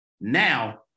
Now